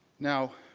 now,